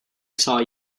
saw